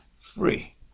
free